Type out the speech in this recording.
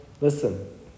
listen